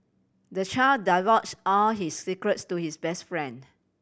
the child divulge all his secrets to his best friend